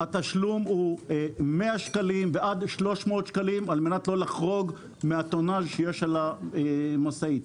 התשלום הוא 100 שקלים עד 300 שקלים כדי לא לחרוג מהטונג' שיש על המשאית.